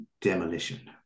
demolition